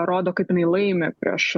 rodo kaip jinai laimi prieš